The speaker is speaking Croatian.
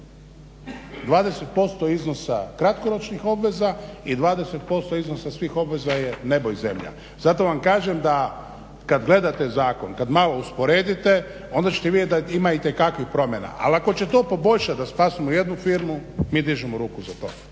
20% iznosa kratkoročnih obveza i 20% iznosa svih obveza je nego i zemlja. Zato vam kažem da kad gledate zakon, kad malo usporedite onda ćete vidjeti da ima itekakvih promjena, ali ako će to poboljšati da spasimo jednu firmu, mi dižemo ruku za to.